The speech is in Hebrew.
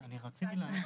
לתגובתכם.